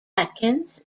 atkins